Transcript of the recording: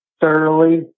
thoroughly